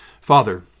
Father